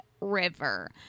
river